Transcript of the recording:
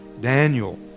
Daniel